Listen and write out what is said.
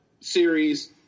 series